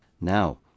Now